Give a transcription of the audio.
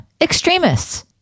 extremists